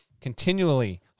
continually